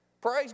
Praise